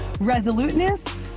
Resoluteness